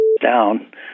down